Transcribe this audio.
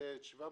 700 שקלים.